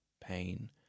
pain